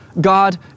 God